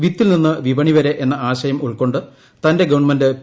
വിത്തിൽ നിന്ന് വിപണി വരെ എന്ന ആശയം ഉൾക്കൊണ്ട് തന്റെ ഗവൺമെന്റ് പി